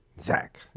Zach